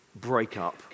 breakup